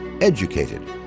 EDUCATED